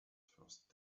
first